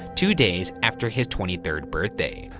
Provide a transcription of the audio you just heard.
two days after his twenty third birthday.